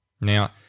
now